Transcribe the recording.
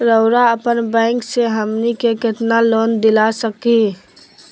रउरा अपन बैंक से हमनी के कितना लोन दिला सकही?